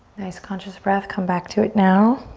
nice, conscious breath, come back to it now.